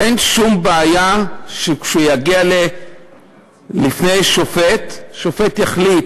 אין שום בעיה שכשהוא יגיע לפני שופט, שופט יחליט: